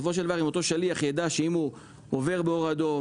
אם אותו שליח ידע שאם הוא עובר באור אדום,